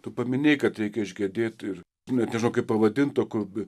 tu paminėjai kad reikia išgedėti ir nutilo kai pavadinto kunigui